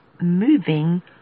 moving